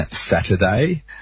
Saturday